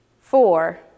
four